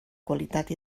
qualitat